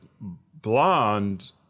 blonde